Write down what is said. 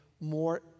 more